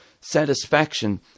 satisfaction